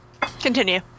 Continue